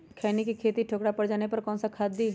खैनी के खेत में ठोकरा पर जाने पर कौन सा खाद दी?